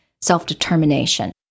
self-determination